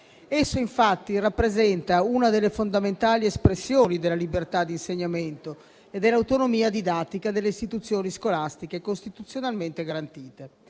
Esso infatti rappresenta una delle fondamentali espressioni della libertà di insegnamento e dell'autonomia didattica delle istituzioni scolastiche, costituzionalmente garantite.